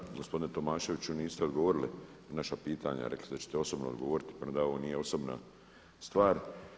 Premda gospodine Tomaševiću niste odgovorili na naša pitanja, rekli ste da ćete osobno odgovoriti premda ovo nije osobna stvar.